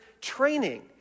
training